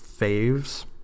faves